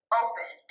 open